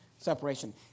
separation